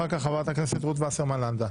אחר-כך, חברת הכנסת רות וסרמן לנדה.